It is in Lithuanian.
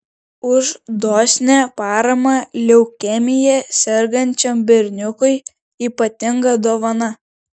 už dosnią paramą leukemija sergančiam berniukui ypatinga dovana